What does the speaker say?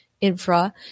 infra